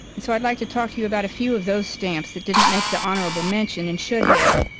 and so i'd like to talk to you about a few of those stamps that didn't make the honorable mention and should have.